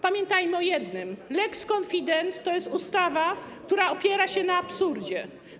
Pamiętajmy o jednym: lex konfident to jest ustawa, która opiera się na absurdzie.